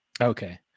Okay